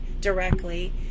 directly